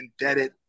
indebted